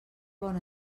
bon